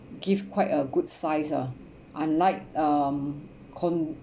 give quite a good size ah unlike um con~